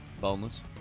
Boneless